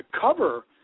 cover